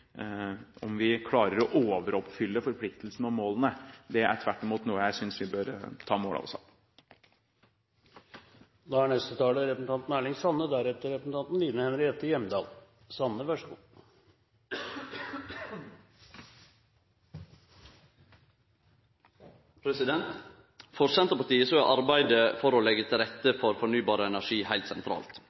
om vi klarer å overoppfylle forpliktelsene og målene, det er tvert imot noe jeg synes vi bør ta mål av oss til. For Senterpartiet er arbeidet for å leggje til rette for fornybar energi heilt sentralt.